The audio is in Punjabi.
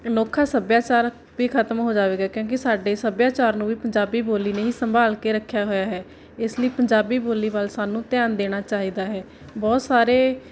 ਅਨੋਖਾ ਸੱਭਿਆਚਾਰ ਵੀ ਖ਼ਤਮ ਹੋ ਜਾਵੇਗਾ ਕਿਉਂਕਿ ਸਾਡੇ ਸੱਭਿਆਚਾਰ ਨੂੰ ਵੀ ਪੰਜਾਬੀ ਬੋਲੀ ਨੇ ਹੀ ਸੰਭਾਲ ਕੇ ਰੱਖਿਆ ਹੋਇਆ ਹੈ ਇਸ ਲਈ ਪੰਜਾਬੀ ਬੋਲੀ ਵੱਲ ਸਾਨੂੰ ਧਿਆਨ ਦੇਣਾ ਚਾਹੀਦਾ ਹੈ ਬਹੁਤ ਸਾਰੇ